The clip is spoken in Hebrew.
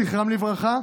זכרם לברכה.